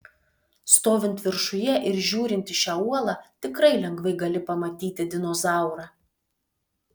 stovint viršuje ir žiūrint į šią uolą tikrai lengvai gali pamatyti dinozaurą